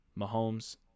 Mahomes